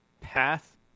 path